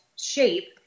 shape